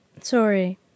Sorry